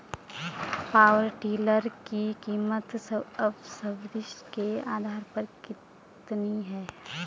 Power tiller की कीमत subsidy के आधार पर कितनी है?